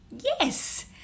Yes